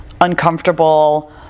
uncomfortable